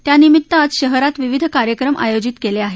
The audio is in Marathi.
त्यानिमित्त आज शहरात विविध कार्यक्रम आयोजित केले आहेत